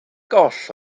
goll